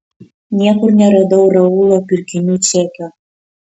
niekur neradau raulo pirkinių čekio